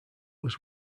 was